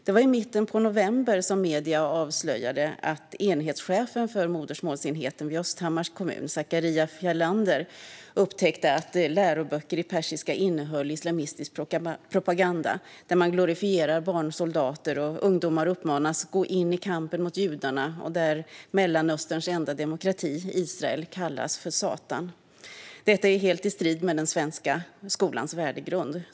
Det var i mitten av november som medierna avslöjade att enhetschefen för modersmålsenheten i Östhammars kommun, Zacharias Fjellander, upptäckt att läroböcker i persiska innehöll islamistisk propaganda där man glorifierar barnsoldater, där ungdomar uppmanas att gå in i kampen mot judarna och där Mellanösterns enda demokrati, Israel, kallas för Satan. Detta är helt i strid med den svenska skolans värdegrund.